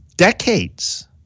Decades